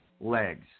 legs